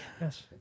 Yes